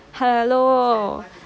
hello